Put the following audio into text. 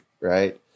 right